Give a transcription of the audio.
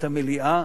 את המליאה,